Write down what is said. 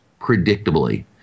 predictably